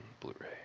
Blu-ray